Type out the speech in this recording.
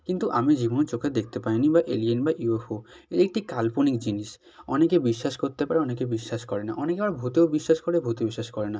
কিন্তু আমি যেগুলো চোখে দেখতে পাইনি বা এলিয়েন বা ইউএফও এ একটি কাল্পনিক জিনিস অনেকে বিশ্বাস করতে পারে অনেকে বিশ্বাস করে না অনেকে আবার ভূতেও বিশ্বাস করে ভূতে বিশ্বাস করে না